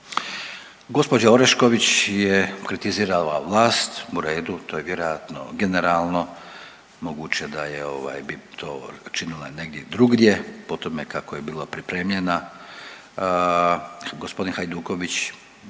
Gospođa Orešković je kritizirala vlast, u redu, to je vjerojatno generalno, moguće da je to činila negdje drugdje po tome kako je bila pripremljena.